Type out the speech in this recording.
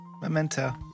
Memento